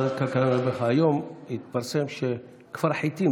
כיו"ר ועדת הכלכלה אני אומר לך שהיום התפרסם שכפר חיטים,